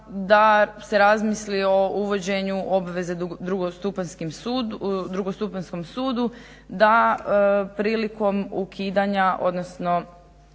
da se razmisli o uvođenju obveze drugostupanjskom sudu da prilikom ukidanja